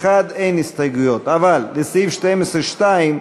12(1) אין הסתייגויות אבל לסעיף 12(2)